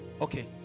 Okay